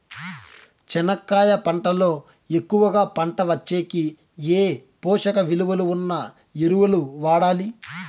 చెనక్కాయ పంట లో ఎక్కువగా పంట వచ్చేకి ఏ పోషక విలువలు ఉన్న ఎరువులు వాడాలి?